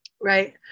right